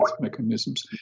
mechanisms